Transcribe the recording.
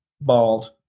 bald